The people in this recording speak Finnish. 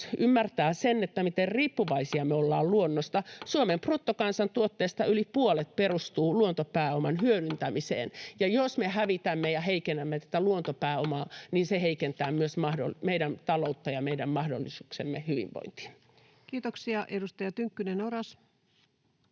ymmärtää se, miten riippuvaisia me ollaan luonnosta — Suomen bruttokansantuotteesta yli puolet perustuu luontopääoman hyödyntämiseen. Ja jos me hävitämme ja heikennämme tätä luontopääomaa, niin se heikentää myös meidän talouttamme ja meidän mahdollisuuksiamme hyvinvointiin. Kiitoksia. — Edustaja Tynkkynen, Oras.